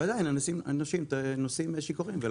ועדיין, אנשים נוסעים שיכורים.